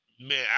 Man